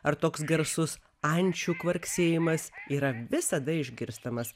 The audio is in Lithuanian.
ar toks garsus ančių kvarksėjimas yra visada išgirstamas